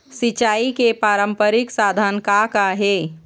सिचाई के पारंपरिक साधन का का हे?